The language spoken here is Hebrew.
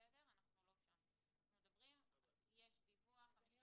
אמרתי שפעם אחת זה ידווח למפקח